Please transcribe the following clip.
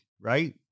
right